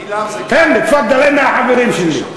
תפאדל, הנה החברים שלי.